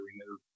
remove